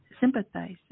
sympathize